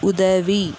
உதவி